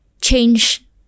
change